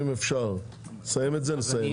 אם אפשר לסיים את זה סיים.